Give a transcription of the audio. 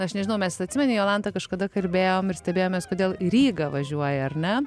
aš nežinau mes atsimeni jolanta kažkada kalbėjom ir stebėjomės kodėl į rygą važiuoja ar ne